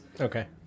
Okay